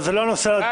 אבל זה לא הדיון כרגע.